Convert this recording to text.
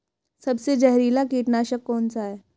सबसे जहरीला कीटनाशक कौन सा है?